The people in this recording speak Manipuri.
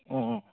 ꯑꯣ